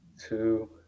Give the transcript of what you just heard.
Two